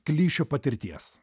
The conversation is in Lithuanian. klišių patirties